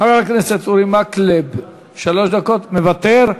חבר הכנסת אורי מקלב, שלוש דקות, מוותר.